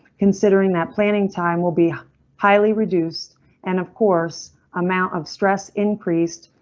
considering that planning time will be highly reduced and of course amount of stress increased,